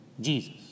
Jesus